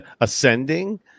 ascending